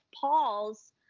Paul's